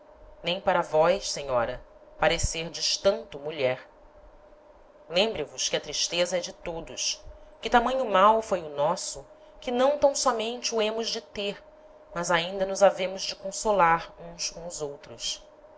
nem para vós senhora parecerdes tanto mulher lembre vos que a tristeza é de todos que tamanho mal foi o nosso que não tam sómente o hemos de ter mas ainda nos havemos de consolar uns com os outros